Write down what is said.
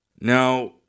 Now